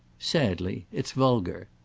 sadly. it's vulgar.